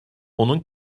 onun